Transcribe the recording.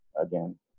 again